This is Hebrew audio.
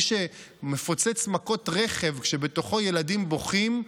מי שמפוצץ במכות רכב כשבתוכו ילדים בוכים,